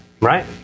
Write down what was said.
Right